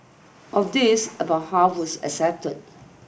of these about half was accepted